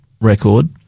record